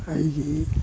ꯑꯩꯒꯤ